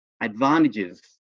advantages